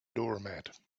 doormat